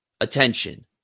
attention